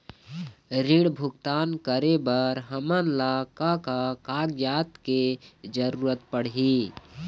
ऋण भुगतान करे बर हमन ला का का कागजात के जरूरत पड़ही?